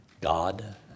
God